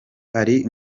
ari